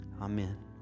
Amen